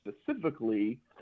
specifically